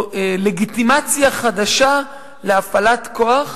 או לגיטימציה חדשה להפעלת כוח